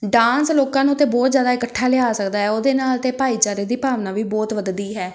dance ਲੋਕਾਂ ਨੂੰ ਤਾਂ ਬਹੁਤ ਜ਼ਿਆਦਾ ਇਕੱਠਾ ਲਿਆ ਸਕਦਾ ਹੈ ਉਹਦੇ ਨਾਲ ਤਾਂ ਭਾਈਚਾਰੇ ਦੀ ਭਾਵਨਾ ਵੀ ਬਹੁਤ ਵੱਧਦੀ ਹੈ